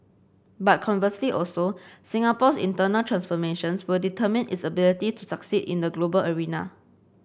but conversely also Singapore's internal transformations will determine its ability to succeed in the global arena